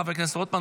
חבר הכנסת רוטמן,